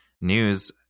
news